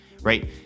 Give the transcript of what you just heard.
right